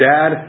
Dad